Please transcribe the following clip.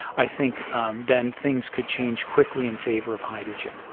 i think um then things could change quickly in favour of hydrogen.